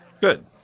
Good